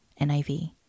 NIV